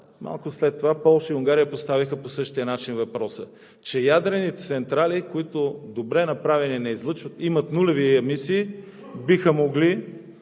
Малко след това Полша и Унгария поставиха по същия начин въпроса, че ядрените централи, които, добре направени, имат нулеви емисии, биха могли